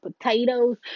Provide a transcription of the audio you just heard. potatoes